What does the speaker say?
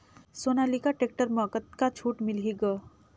Sonalika tractor म कतका छूट मिलही ग?